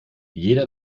jeder